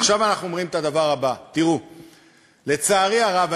עכשיו אנחנו אומרים את הדבר הבא: לצערי הרב,